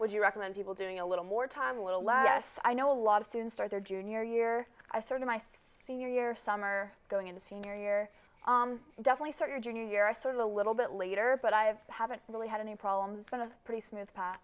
would you recommend people doing a little more time a little less i know a lot of students are their junior year i started my senior year summer going into senior year definitely started your new year a sort of a little bit later but i've haven't really had any problems with a pretty smooth